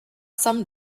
some